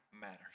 matters